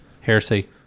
heresy